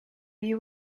you